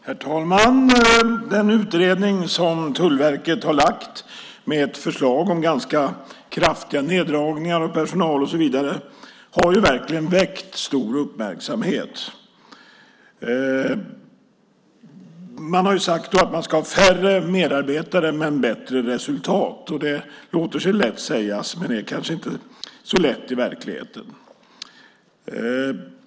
Herr talman! Den utredning som Tullverket har lagt fram med förslag om ganska kraftiga neddragningar av personal och så vidare har verkligen väckt stor uppmärksamhet. Man har sagt att man ska ha färre medarbetare men bättre resultat. Det låter sig lätt sägas men är kanske inte så lätt i verkligheten.